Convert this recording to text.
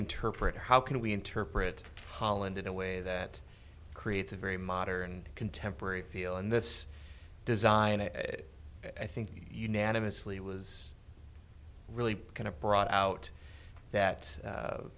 interpret how can we interpret holland in a way that creates a very modern contemporary feel and this design i think unanimously was really kind of brought out that